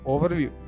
Overview